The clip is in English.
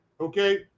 okay